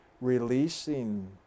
releasing